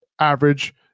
average